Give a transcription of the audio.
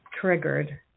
triggered